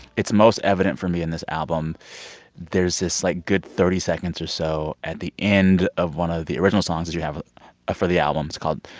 it's most evident for me in this album there's this, like, good thirty seconds or so at the end of one of the original songs that you have ah for the album. it's called,